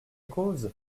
cause